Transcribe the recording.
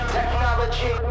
Technology